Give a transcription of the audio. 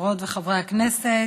חברות וחברי הכנסת,